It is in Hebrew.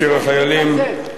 אני מתנצל.